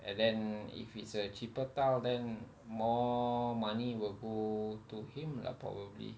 and then if it's a cheaper tile then more money will go to him lah probably